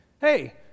hey